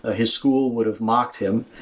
ah his school would have mocked him.